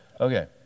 Okay